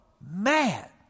mad